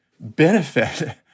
benefit